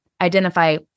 Identify